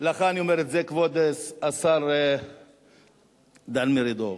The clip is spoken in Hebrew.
לך אני אומר את זה, כבוד השר דן מרידור.